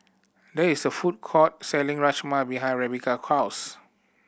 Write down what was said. there is a food court selling Rajma behind Rebeca house